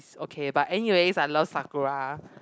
okay but anyways I love Sakura